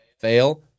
fail